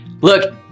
Look